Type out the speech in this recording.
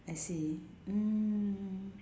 I see mm